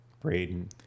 Braden